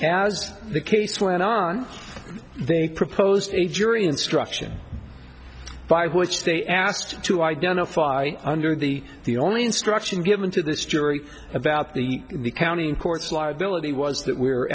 as the case went on they proposed a jury instruction by which they asked to identify under the the only instruction given to this jury about the the county courts liability was that we